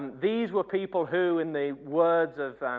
these were people who in the words of